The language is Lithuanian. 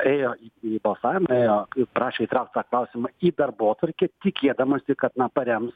ėjo į į balsavimą ėjo ir prašė įtraukt tą klausimą į darbotvarkę tikėdamasi kad na parems